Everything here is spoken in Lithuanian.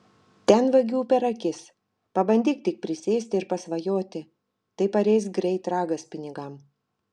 ten vagių per akis pabandyk tik prisėsti ir pasvajoti tai pareis greit ragas pinigam